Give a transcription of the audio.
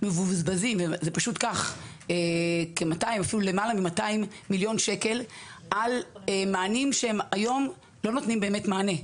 מבוזבזים למעלה מ-200 מיליון ₪ על מענים שהיום לא באמת נותנים מענה.